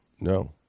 No